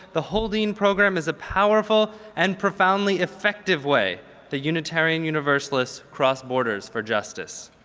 the holdeen program is a powerful and profoundly effective way the unitarian universalists cross borders for justice.